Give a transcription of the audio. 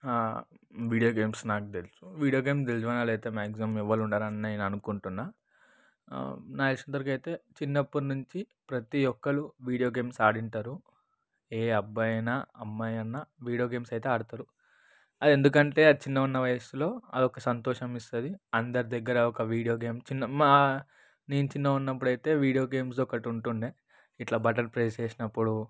video games నాకు తెలుసు video game తెలియని వాళ్ళు అయితే మ్యాక్సిమం ఎవరు ఉండరని నేను అనుకుంటున్నాను నాకు తెలిసినంతవరకు అయితే చిన్నప్పటి నుంచి ప్రతి ఒక్కరు వీడియో గేమ్స్ ఆడి ఉంటారు ఏ అమ్మాయి అయినా ఏ అబ్బాయి అయినా వీడియో గేమ్స్ అయితే ఆడతారు అది ఎందుకంటే చిన్నగా ఉన్న వయసులో అది ఒక సంతోషం ఇస్తుంది అందరి దగ్గర ఒక వీడియో గేమ్ చిన్న మా నేను చిన్నగా ఉన్నప్పుడు అయితే వీడియో గేమ్స్ ఒకటి ఉంటుండే ఇట్లా బటన్ ప్రెస్ చేసినప్పుడు